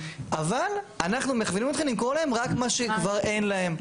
אבל אנחנו מכווינים אתכם למכור להם רק שכבר אין להם,